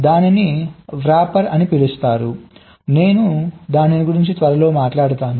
దానిని వ్రాపర్ అని పిలుస్తారు నేను దాని గురించి త్వరలో మాట్లాడతాను